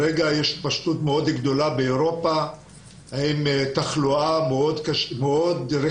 כרגע יש התפשטות מאוד גדולה באירופה עם תחלואה מאוד רחבה.